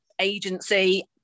agency